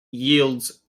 yields